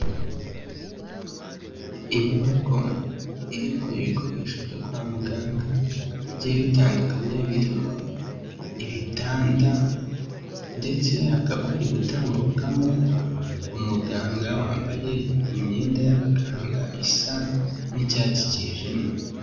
Inyubako irimo ibikoresho byo kwa muganga bigiye bitandukanye birimo ibitanda ndetse hakaba hari gutambukamo umuganga wambaye imyenda y'abaganga isa n'icyatsi cyijimye.